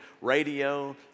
radio